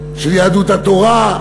של יהדות התורה,